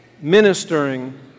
Ministering